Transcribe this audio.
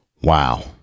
Wow